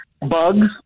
bugs